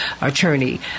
Attorney